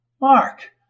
Mark